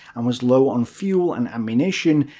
and was low on fuel and ammunition,